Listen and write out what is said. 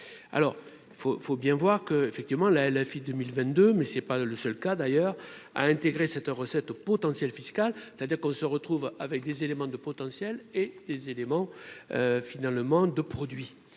alors il faut faut bien voir que, effectivement, la la fille 2022, mais c'est pas le seul cas d'ailleurs à intégrer cette recette au potentiel fiscal, c'est-à-dire qu'on se retrouve avec des éléments de potentiel et les éléments finalement de produits